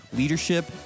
leadership